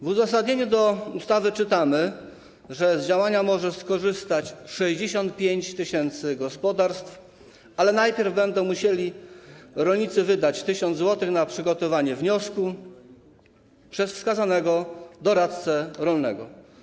W uzasadnieniu do ustawy czytamy, że z działania może skorzystać 65 tys. gospodarstw, ale najpierw rolnicy będą musieli wydać 1 tys. zł na przygotowanie wniosku przez wskazanego doradcę rolnego.